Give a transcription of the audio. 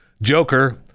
joker